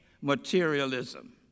materialism